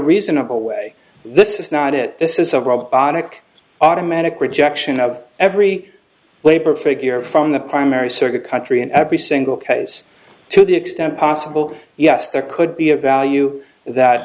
reasonable way this is not it this is a robotic automatic rejection of every labor figure from the primary circuit country and every single case to the extent possible yes there could be a value